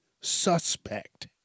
suspect